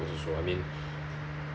also I mean